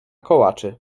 kołaczy